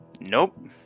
Nope